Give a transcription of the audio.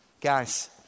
Guys